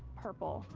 purple,